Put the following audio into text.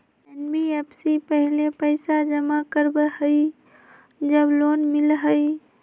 NBFC पहले पईसा जमा करवहई जब लोन मिलहई?